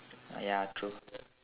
ya true